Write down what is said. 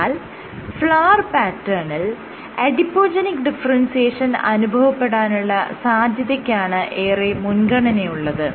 എന്നാൽ ഫ്ലവർ പാറ്റേണിൽ adipogenic differentiation അനുഭവപ്പെടാനുള്ള സാധ്യതയ്ക്കാണ് ഏറെ മുൻഗണനയുള്ളത്